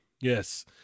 yes